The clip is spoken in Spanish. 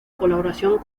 colaboración